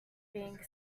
being